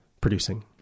producing